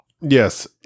Yes